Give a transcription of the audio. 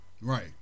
right